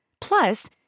Plus